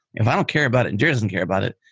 if i don't care about it and jerod doesn't care about it,